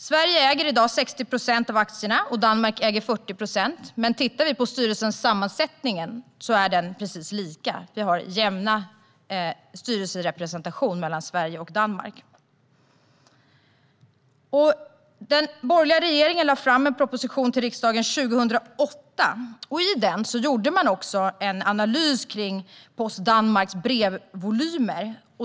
Sverige äger i dag 60 procent av aktierna och Danmark 40 procent. Men styrelserepresentationen är jämnt fördelad mellan Sverige och Danmark. Den borgerliga regeringen lade fram en proposition till riksdagen 2008. I den gjorde man en analys av Post Danmarks brevvolymer.